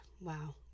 Wow